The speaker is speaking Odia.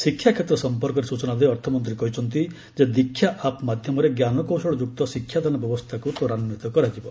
ଶିକ୍ଷାକ୍ଷେତ୍ର ସଂପର୍କରେ ସ୍ବଚନା ଦେଇ ଅର୍ଥମନ୍ତ୍ରୀ କହିଛନ୍ତି ଯେ 'ଦୀକ୍ଷା ଆପ୍' ମାଧ୍ୟମରେ ଞ୍ଜାନକୌଶଳଯୁକ୍ତ ଶିକ୍ଷାଦାନ ବ୍ୟବସ୍ଥାକୁ ତ୍ୱରାନ୍ତିତ କରାଯିବ